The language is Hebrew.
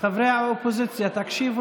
חברי האופוזיציה, תקשיבו